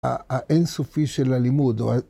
‫האין סופי של הלימוד.